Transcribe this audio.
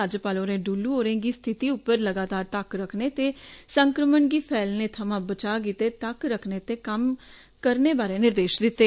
राज्यपाल होरें क्नससवव होरें गी स्थिति उप्पर लगातार तक्क रक्खने ते संक्रमन गी फैसले थमां बचा गित्ते तक्क रक्खने ते कम्म करने बारै निर्देष दित्ते